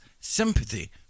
Sympathy